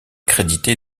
crédité